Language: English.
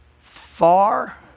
Far